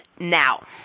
now